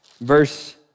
Verse